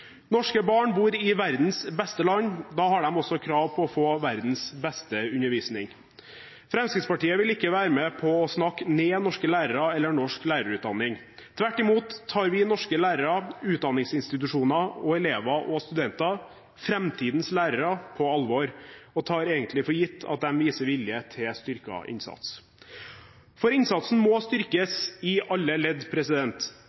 Norske barn bor i verdens beste land. Da har de også krav på å få verdens beste undervisning. Fremskrittspartiet vil ikke være med på å snakke ned norske lærere eller norsk lærerutdanning. Tvert imot tar vi norske lærere, utdanningsinstitusjoner, elever og studenter – framtidens lærere – på alvor og tar det egentlig for gitt at de viser vilje til styrket innsats. Innsatsen må styrkes i alle ledd.